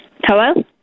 Hello